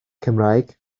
cymraeg